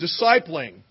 discipling